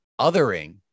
othering